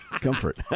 comfort